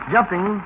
Jumping